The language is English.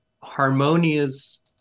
harmonious